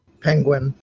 Penguin